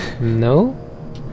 No